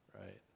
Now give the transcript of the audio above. right